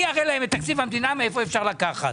אני אראה להם את תקציב המדינה מאיפה אפשר לקחת.